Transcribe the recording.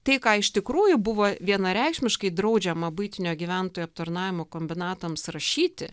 tai ką iš tikrųjų buvo vienareikšmiškai draudžiama buitinio gyventojų aptarnavimo kombinatams rašyti